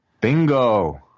Bingo